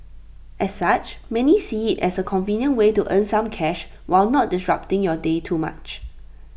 as such many see IT as A convenient way to earn some cash while not disrupting your day too much